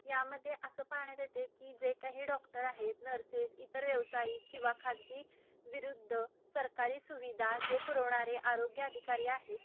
यामध्ये असं पाहण्यात येत आहे की जे काही डॉक्टर आहेत नर्सेस इतर व्यावसायिक किंवा खाजगी विरुद्ध सरकारी सुविधा जे पुरवणारे आरोग्य अधिकारी आहेत